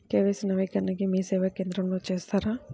KYC నవీకరణని మీసేవా కేంద్రం లో చేస్తారా?